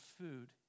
food